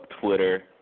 Twitter